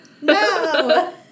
No